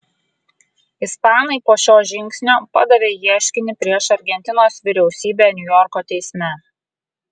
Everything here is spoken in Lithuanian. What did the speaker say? ispanai po šio žingsnio padavė ieškinį prieš argentinos vyriausybę niujorko teisme